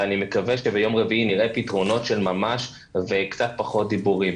ואני מקווה שביום רביעי נראה פתרונות של ממש וקצת פחות דיבורים.